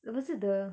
uh was it the